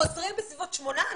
חוזרים בסביבות 8,000,